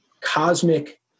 cosmic